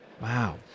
Wow